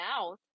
mouth